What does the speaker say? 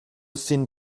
sin